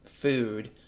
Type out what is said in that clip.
food